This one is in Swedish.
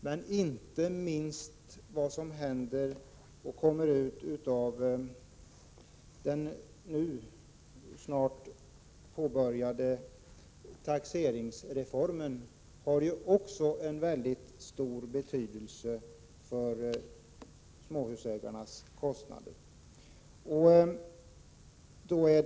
Men inte minst den nu aktuella taxeringsreformen har en väldigt stor betydelse när det gäller småhusägarnas kostnader.